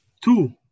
Two